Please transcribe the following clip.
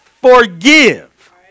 Forgive